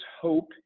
hope